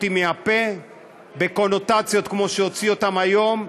מהפה בקונוטציות כמו שהוא הוציא אותה היום,